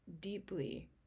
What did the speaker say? deeply